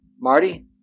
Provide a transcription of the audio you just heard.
Marty